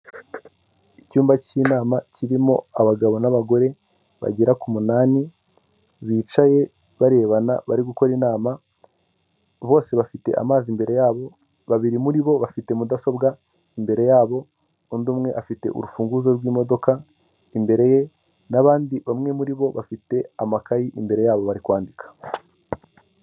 Icyumba cy'inama kirimo abagabo n'abagore bagera ku munani bicaye barebana bari gukora inama, bose bafite amazi imbere y'abo, babiri muri bo bafite mudasobwa imbere y'abo, undi umwe afite urufunguzo rw'imodoka imbere ye n'abandi bamwe muri bo bafite amakayi imbere y'abo bari kwandika.